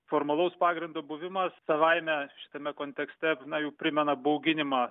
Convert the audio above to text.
formalaus pagrindo buvimas savaime šitame kontekste na jau primena bauginimą